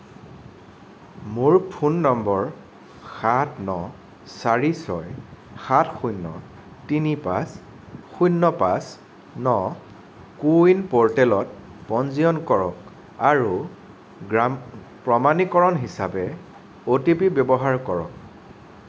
মোৰ phone number সাত ন চাৰি ছয় সাত শূন্য় তিনি পাঁচ শূন্য় পাঁচ ন কো ৱিন প'ৰ্টেলত পঞ্জীয়ন কৰক আৰু গ্ৰাম প্ৰমাণীকৰণ হিচাপে অ'টিপি ব্যৱহাৰ কৰক